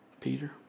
Peter